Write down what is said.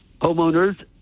homeowners